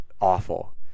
awful